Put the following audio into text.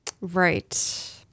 Right